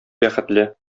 бәхетле